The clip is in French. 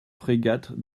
frégates